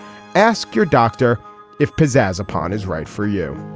ask your doctor if pizazz upon is right for you